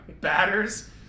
Batters